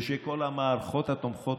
ושל כל המערכות תומכות,